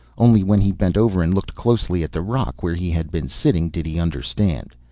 only when he bent over and looked closely at the rock where he had been sitting, did he understand.